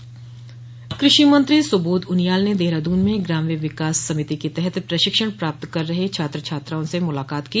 मुलाकात कृषि मंत्री सुबोध उनियाल ने देहरादून में ग्राम्य विकास समिति के तहत प्रशिक्षण प्राप्त कर रहे छात्र छात्राओं से मुलाकात की